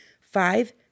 five